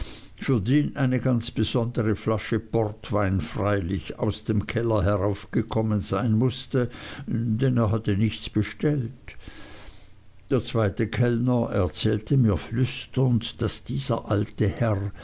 für den eine ganz besondere flasche portwein freiwillig aus dem keller heraufgekommen sein mußte denn er hatte nichts bestellt der zweite kellner erzählte mir flüsternd daß dieser alte herr